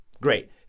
Great